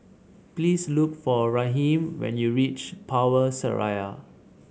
please look for Raheem when you reach Power Seraya